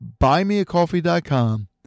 buymeacoffee.com